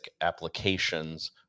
applications